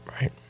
right